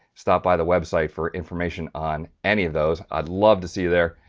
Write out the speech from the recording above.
stop by the website for information on any of those. i'd love to see you there,